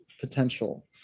potential